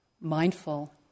mindful